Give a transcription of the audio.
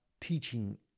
teaching